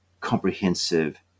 comprehensive